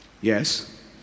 Yes